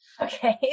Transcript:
Okay